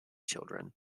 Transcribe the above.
children